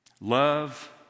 Love